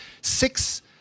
Six